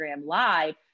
live